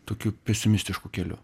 tokiu pesimistišku keliu